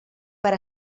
per